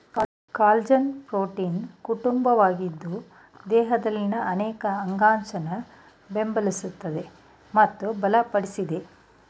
collagen ಪ್ರೋಟೀನ್ನ ಕುಟುಂಬವಾಗಿದ್ದು ದೇಹದಲ್ಲಿನ ಅನೇಕ ಅಂಗಾಂಶನ ಬೆಂಬಲಿಸ್ತದೆ ಮತ್ತು ಬಲಪಡಿಸ್ತದೆ